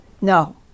no